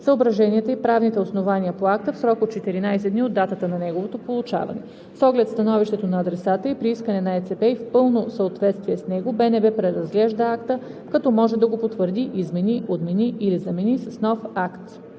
съображенията и правните основания по акта в срок от 14 дни от датата на неговото получаване. С оглед становището на адресата и при искане на БЦБ и в пълно съответствие с него, БНБ преразглежда акта, като може да го потвърди, измени, отмени или замени с нов акт.“